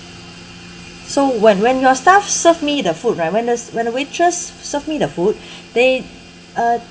so when when your staff served me the food right when your when the waitress served me the food they uh